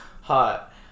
hot